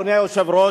אדוני היושב-ראש,